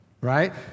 right